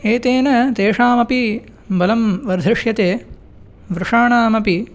एतेन तेषाम् अपि बलं वर्धिष्यते वृषाणाम् अपि